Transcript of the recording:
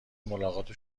ملاقات